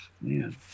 man